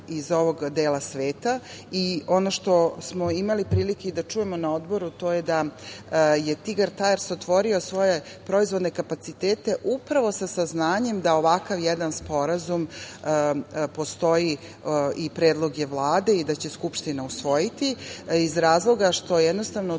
iz ovog dela sveta. Ono što smo imali prilike da čujemo na Odboru to je da je „Tigar Tajers“ otvorio svoje proizvodne kapacitete upravo sa saznanjem da ovakav jedan sporazum postoji. Predlog je Vlade i Skupština će usvojiti iz razloga što jednostavno to